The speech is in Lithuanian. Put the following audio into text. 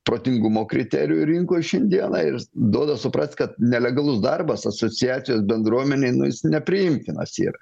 protingumo kriterijų rinkoj šiandieną ir duoda suprast kad nelegalus darbas asociacijos bendruomenei nu jis nepriimtinas yra